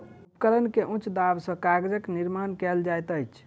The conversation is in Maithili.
उपकरण के उच्च दाब सॅ कागजक निर्माण कयल जाइत अछि